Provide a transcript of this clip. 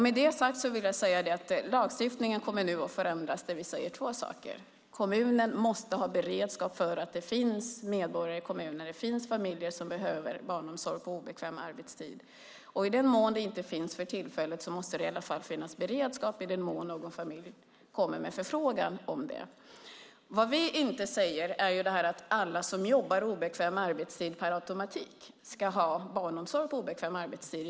Med det sagt vill jag säga: Lagstiftningen kommer nu att förändras, och vi säger två saker. Kommunen måste ha beredskap för att det i kommunen finns familjer som behöver barnomsorg på obekväm arbetstid. I den mån det inte finns för tillfället måste det i alla fall finnas beredskap i den mån någon familj kommer med en förfrågan om detta. Vad vi inte säger är att alla som jobbar obekväm arbetstid per automatik ska ha barnomsorg på obekväm arbetstid.